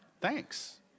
Thanks